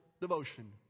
devotion